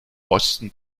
osten